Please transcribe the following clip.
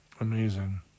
Amazing